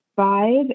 Five